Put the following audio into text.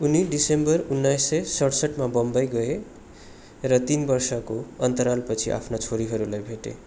उनी दिसम्बर उन्नाइस सय सड्सठमा बम्बई गए र तिन वर्षको अन्तरालपछि आफ्ना छोरीहरूलाई भेटे